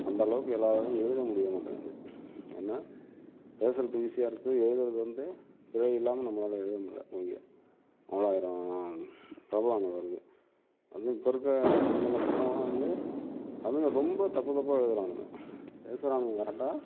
அந்தளவுக்கு எல்லாராலையும் எழுத முடியமாட்டேங்கிது ஏன்னா பேசுகிறதுக்கு ஈஸியாருக்கு எழுதுகிறது வந்து பிழை இல்லாமல் நம்மளால் எழுதமுடியல மொழியை இங்கே அவ்வளாயிரோம் பிராப்ளங்க வருது அதும் இப்போ இருக்க சின்னச் சின்ன பசங்களாம் வந்து தமிழை ரொம்ப தப்பு தப்பாக எழுதுகிறானுங்க பேசுகிறானுங்க கரெக்டா